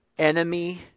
enemy